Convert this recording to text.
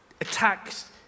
attacks